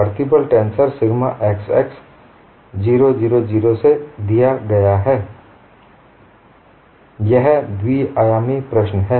प्रतिबल tensor sigma xx 0 0 0 से दिया जाता है यह द्वि आयामी प्रश्न है